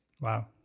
wow